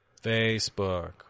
Facebook